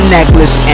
necklace